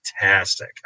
fantastic